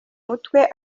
mutwe